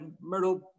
Myrtle